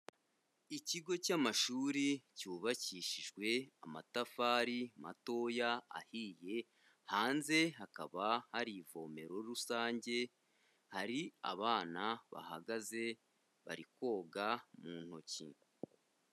Ikigo cy'amashuri cyubakishijwe amatafari matoya ahiye, hanze hakaba hari ivomero rusange, hari abana bahagaze, bari koga mu ntoki.